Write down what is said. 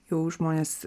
jau žmonės